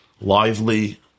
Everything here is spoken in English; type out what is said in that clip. lively